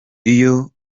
iyo